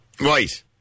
Right